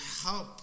help